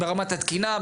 ברמת התקינה,